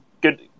good